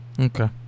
Okay